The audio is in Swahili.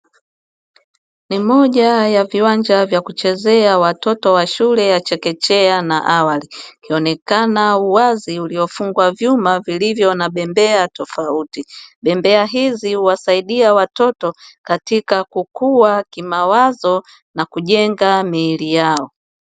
Ni moja ya viwanja vya kuchezea watoto wa shule ya chekechea na awali ikionekana uwazi uliofungwa vyuma vilivyo na bembea tofauti, bembea hizi uwasaidia watoto katika kukua kimawazo na kujenga miili yao.